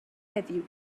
heddiw